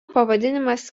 pavadinimas